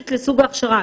לסוג ההכשרה.